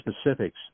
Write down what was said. specifics